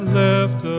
left